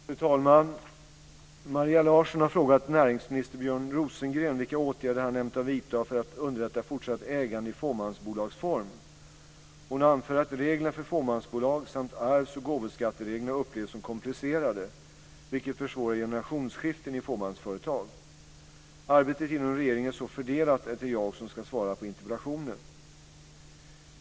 Fru talman! Maria Larsson har frågat näringsminister Björn Rosengren vilka åtgärder han ämnar vidta för att underlätta fortsatt ägande i fåmansbolagsform. Hon anför att reglerna för fåmansbolag samt arvs och gåvoskattereglerna upplevs som komplicerade, vilket försvårar generationsskiften i fåmansföretag. Arbetet inom regeringen är så fördelat att det är jag som ska svara på interpellationen.